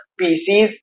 species